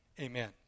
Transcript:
Amen